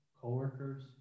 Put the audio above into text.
co-workers